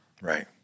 right